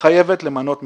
חייבת למנות מפקחים.